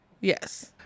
Yes